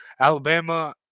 Alabama